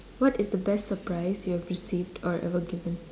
what is the best surprise you have received or ever given